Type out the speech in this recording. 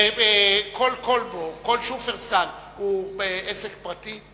כל כולבו, כל "שופרסל", הוא עסק פרטי?